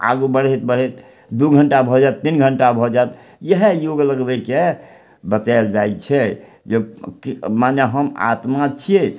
आगू बढ़ैत बढ़ैत दू घण्टा भऽ जायत तीन दू घण्टा भऽ जायत इएह योग लगबयके बतायल जाइ छै जे माने हम आत्मा छियै